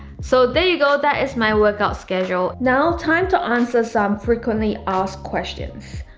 so, there you go. that is my workout schedule. now time to answer some frequently asked questions.